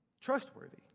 trustworthy